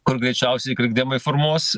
kur greičiausiai krikdemai formuos